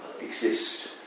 exist